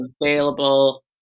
available